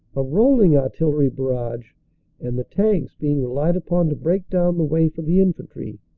a rolling artillery barrage and the tanks being relied upon to break down the way for the infantry,